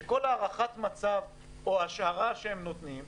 שכל הערכת מצב או השערה שהם נותנים,